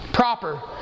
Proper